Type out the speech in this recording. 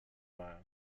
mer